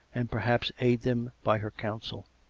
and perhaps aid them by her counsel.